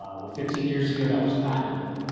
with fifteen years ago that was patentable,